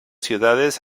ciudades